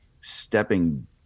stepping